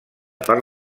per